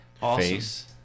face